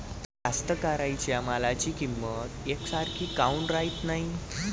कास्तकाराइच्या मालाची किंमत यकसारखी काऊन राहत नाई?